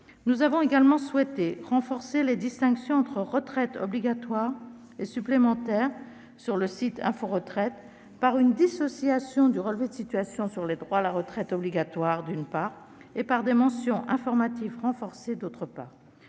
Nous avons également souhaité renforcer les distinctions entre retraites obligatoires et supplémentaires sur le site Info Retraite, en dissociant le relevé de situation sur les droits à la retraite obligatoire et en prévoyant des mentions informatives renforcées. Nous avons